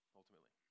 ultimately